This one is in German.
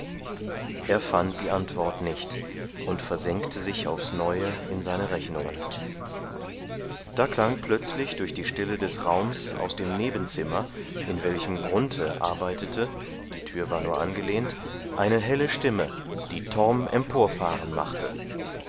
er fand die antwort nicht und versenkte sich aufs neue in seine rechnungen da klang plötzlich durch die stille des raums aus dem nebenzimmer in welchem grunthe arbeitete die tür war nur angelehnt eine helle stimme die torm emporfahren machte